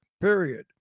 period